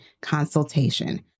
consultation